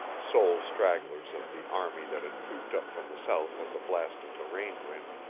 sole stragglers of the army that had trooped up from the south at the blast of the rain-wind,